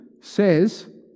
says